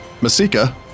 Masika